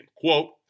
quote